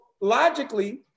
logically